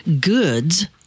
goods